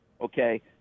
Okay